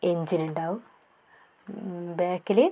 engine ഉണ്ടാകും ബേക്കിൽ